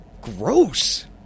gross